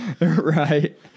right